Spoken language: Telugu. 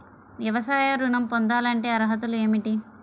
వ్యవసాయ ఋణం పొందాలంటే అర్హతలు ఏమిటి?